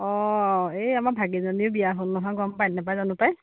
অ' এই আমাৰ ভাগিনজনীৰ বিয়া হ'ল নহয় গম পায় নাপায় জানো পায়